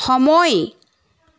সময়